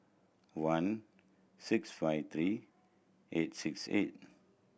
one six five three eight six eight